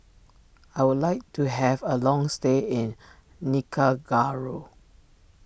I would like to have a long stay in Nicaragua